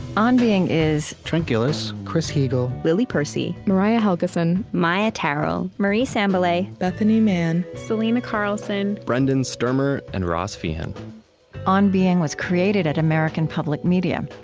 on being is trent gilliss, chris heagle, lily percy, mariah helgeson, maia tarrell, marie sambilay, bethanie mann, selena carlson, brendan stermer, and ross feehan on being was created at american public media.